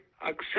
accept